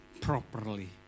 properly